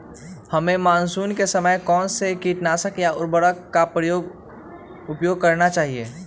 हमें मानसून के समय कौन से किटनाशक या उर्वरक का उपयोग करना चाहिए?